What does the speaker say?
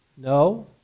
No